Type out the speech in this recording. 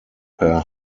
per